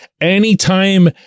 Anytime